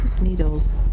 needles